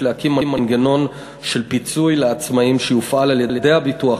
להקים מנגנון של פיצוי לעצמאים שיופעל על-ידי הביטוח